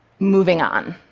moving on.